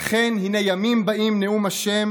"לכן הנה ימים באים נאם ה',